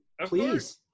Please